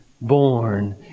Born